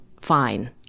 fine